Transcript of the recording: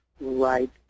right